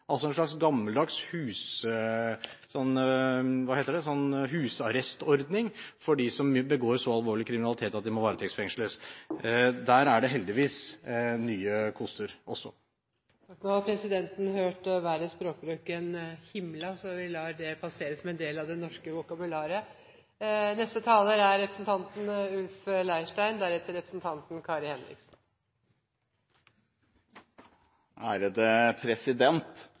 altså en slags gammeldags husarrestordning for dem som begår så alvorlig kriminalitet at de må varetektsfengsles. Det er heldigvis nye koster der også. Nå har presidenten hørt verre språkbruk enn «himla», så vi lar det passere som en del av det norske vokabularet. Jeg synes nesten det er